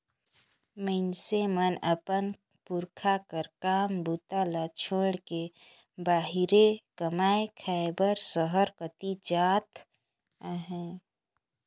मइनसे मन अपन पुरखा कर काम बूता ल छोएड़ के बाहिरे कमाए खाए बर सहर कती जात अहे